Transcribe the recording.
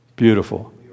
Beautiful